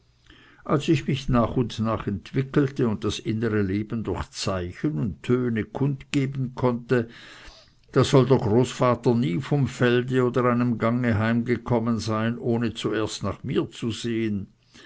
als ich mich nach und nach entwickelte und das innere leben durch zeichen und töne kund geben konnte da soll der großvater nie vom felde oder einem gange heimgekommen sein ohne zuerst nach mir zu sehen